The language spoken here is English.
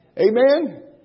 Amen